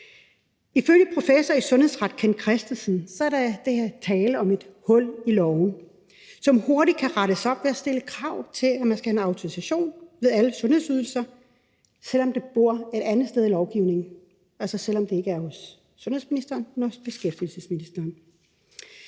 Ifølge professor i sundhedsret Kent Kristensen er der tale om et hul i loven, som der hurtigt kan rettes op på ved at stille krav om, at man skal have en autorisation ved alle sundhedsydelser, selv om det bor et andet sted i lovgivningen, altså selv om det ikke er hos sundhedsministeren, men hos beskæftigelsesministeren.